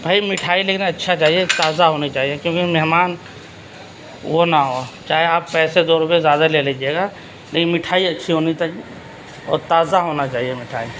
بھائی مٹھائی لیکن اچھا چاہیے تازہ ہونی چاہیے کیونکہ مہمان وہ نہ ہو چاہے آپ پیسے دو روپئے زیادہ لے لیجیے گا لیکن مٹھائی اچھی ہونی چاہیے اور تازہ ہونا چاہیے مٹھائی